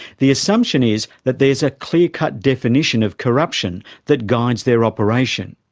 the assumption is that there's a clear-cut definition of corruption that guides their operation.